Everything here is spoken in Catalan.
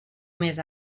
mes